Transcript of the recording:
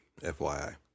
FYI